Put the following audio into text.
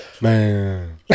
Man